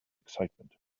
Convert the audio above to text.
excitement